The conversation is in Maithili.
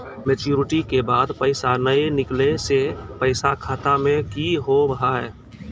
मैच्योरिटी के बाद पैसा नए निकले से पैसा खाता मे की होव हाय?